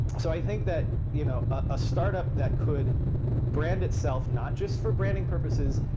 so i think that you know a startup that could brand itself, not just for branding purposes,